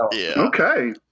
Okay